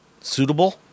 suitable